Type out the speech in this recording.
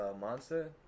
monster